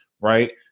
right